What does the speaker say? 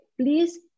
please